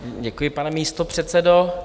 Děkuji, pane místopředsedo.